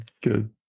Good